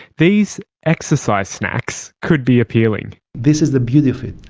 these exercise snacks could be appealing. this is the beauty of it,